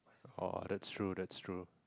oh that's true that's true